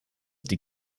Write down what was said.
die